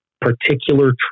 particular